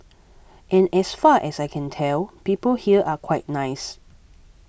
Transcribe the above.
and as far as I can tell people here are quite nice